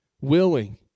willing